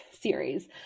series